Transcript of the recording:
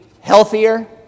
healthier